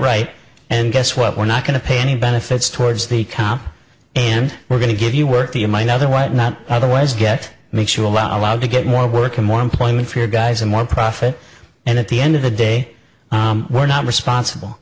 right and guess what we're not going to pay any benefits towards the comp and we're going to give you work the you might otherwise not otherwise get makes you allow allowed to get more work and more employment for your guys and more profit and at the end of the day we're not responsible